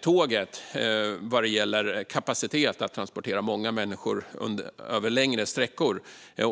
tåget när det gäller kapacitet att transportera många människor längre sträckor.